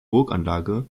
burganlage